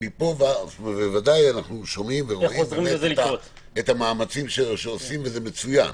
בוודאי אנחנו שומעים ורואים את המאמצים שעושים וזה מצוין.